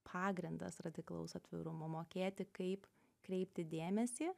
pagrindas radikalaus atvirumo mokėti kaip kreipti dėmesį